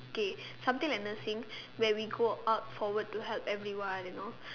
okay something like nursing where we go out forward to help everyone you know